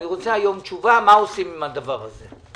אני מבקש לקבל היום תשובה מה עושים עם הדבר הזה.